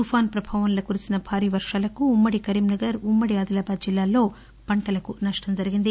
తుఫాన్ పభావం వల్ల కురిసిన భారీ వర్వాలకు ఉమ్మడి కరీంనగర్ ఉమ్మడి ఆదిలాబాద్ జిల్లాల్లో పంటలకు నష్షం జరిగింది